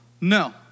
No